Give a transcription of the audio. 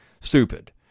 stupid